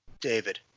David